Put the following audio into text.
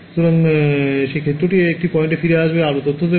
সুতরাং এই ক্ষেত্রটিও এই পয়েন্টগুলিতে ফিরে যাবে আরও তথ্য দেবে